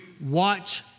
watch